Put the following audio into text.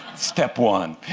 step one.